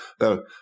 no